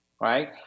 Right